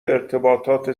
ارتباطات